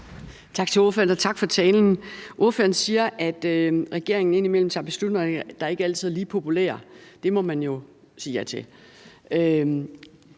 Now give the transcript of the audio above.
tak for talen. Ordføreren siger, at regeringen indimellem tager beslutninger, der ikke altid er lige populære. Det må man jo sige ja til.